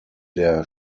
der